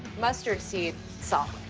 mustard seeds, salt.